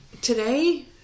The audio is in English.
Today